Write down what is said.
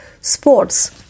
Sports